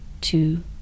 two